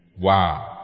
Wow